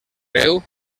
greu